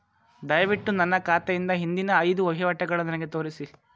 ದಯವಿಟ್ಟು ನನ್ನ ಖಾತೆಯಿಂದ ಹಿಂದಿನ ಐದು ವಹಿವಾಟುಗಳನ್ನು ನನಗೆ ತೋರಿಸಿ